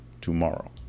tomorrow